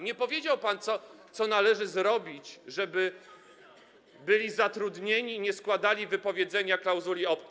Nie powiedział pan, co należy zrobić, żeby byli zatrudnieni, nie składali wypowiedzenia klauzuli opt-out.